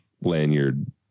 lanyard